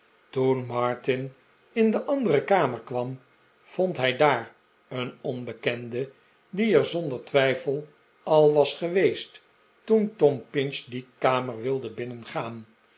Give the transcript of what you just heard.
toen martin in de andere kamer kwam vond hij daar een onbekende die er zonder twijfel al was geweest toen tom pinch die kamer wilde binnengaan